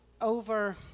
over